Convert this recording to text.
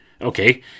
Okay